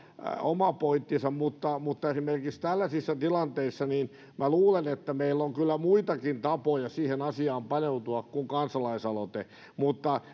oma pointtinsa mutta mutta esimerkiksi tällaisissa tilanteissa minä luulen että meillä on kyllä muitakin tapoja siihen asiaan paneutua kuin kansalaisaloite mutta